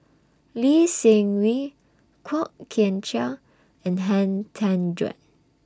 Lee Seng Wee Kwok Kian Chow and Han Tan Juan